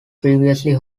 previously